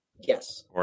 Yes